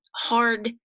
hard